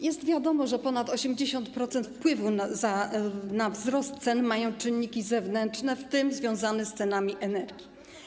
Jest wiadomo, że ponad 80% wpływu na wzrost cen mają czynniki zewnętrzne, w tym związane z cenami energii.